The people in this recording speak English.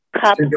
cup